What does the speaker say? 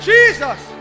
Jesus